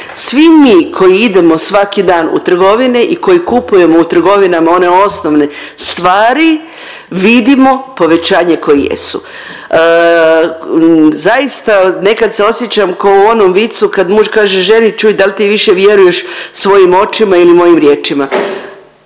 Svi mi koji idemo svaki dan u trgovine i koji kupujemo u trgovinama one osnovne stvari vidimo povećanje koje jesu. Zaista nekad se osjećam ko u onom vicu kad muž kaže ženi čuj dal ti više vjeruješ svojim očima ili mojim riječima.